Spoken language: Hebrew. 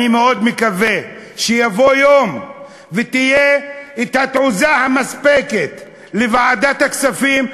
אני מאוד מקווה שיבוא יום ותהיה התעוזה המספקת לוועדת הכספים ולממשלה,